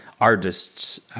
artists